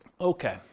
Okay